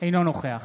אינו נוכח